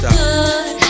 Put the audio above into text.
good